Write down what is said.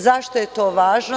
Zašto je to važno?